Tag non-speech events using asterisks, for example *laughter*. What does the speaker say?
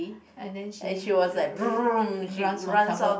and then she *noise* runs for couple